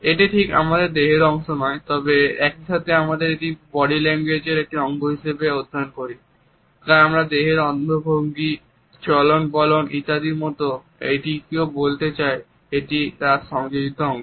কারণ আমাদের দেহের অঙ্গভঙ্গি এবং চলন বলন ইত্যাদির মতো এটিও আমরা কী বলতে চাই তার একটি সংযোজিত অংশ